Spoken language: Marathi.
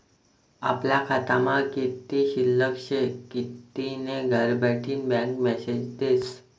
आपला खातामा कित्ली शिल्लक शे कित्ली नै घरबठीन बँक मेसेज देस